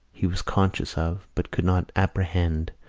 he was conscious of, but could not apprehend,